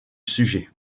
sujet